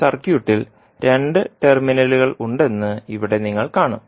സർക്യൂട്ടിൽ രണ്ട് ടെർമിനലുകൾ ഉണ്ടെന്ന് ഇവിടെ നിങ്ങൾ കാണും